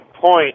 point